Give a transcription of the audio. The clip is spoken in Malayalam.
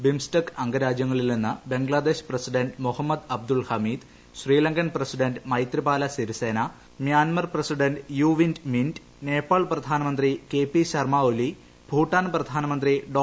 ബിംസ്റ്റെക് അംഗരാജ്യങ്ങളിൽ നിന്ന് Bangladesh president Mohammad Abdul Hamid Sri Lankan president Maithripala Sirisena Myanmar president U Win Myint Nepal പ്രധാനമന്ത്രി കെ പി ശർമ ഒലി ഭൂട്ടാൻ പ്രധാനമന്ത്രി ഡോ